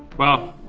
well,